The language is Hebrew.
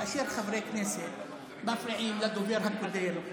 כאשר חברי כנסת מפריעים לדובר הקודם,